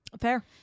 fair